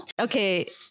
Okay